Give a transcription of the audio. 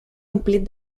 omplit